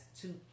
two